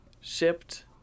Shipped